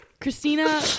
Christina